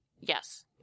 Yes